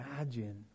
imagine